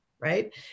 Right